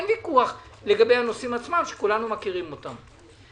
אין ויכוח לגבי הנושאים עצמם שכולנו מכירים אותם.